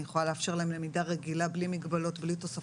אז אני יכולה לאפשר להם למידה רגילה בלי מגבלות ובלי תוספות,